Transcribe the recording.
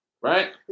Right